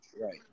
right